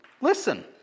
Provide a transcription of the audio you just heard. Listen